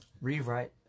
Rewrite